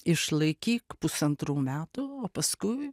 išlaikyk pusantrų metų o paskui